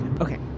Okay